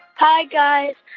hi, guys.